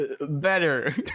better